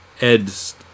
Ed's